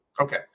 Okay